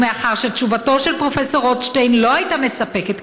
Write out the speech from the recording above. ומאחר שתשובתו של פרופ' רוטשטיין לא הייתה מספקת,